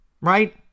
Right